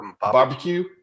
barbecue